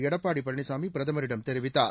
எடப்பாடி பழனிசாமி பிரதமரிடம் தெரிவித்தார்